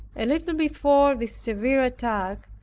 a little before this severe attack,